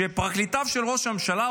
שפרקליטיו של ראש הממשלה,